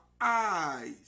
eyes